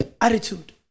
attitude